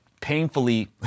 painfully